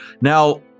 Now